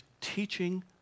teaching